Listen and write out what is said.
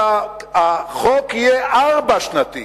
שהחוק יהיה ארבע-שנתי,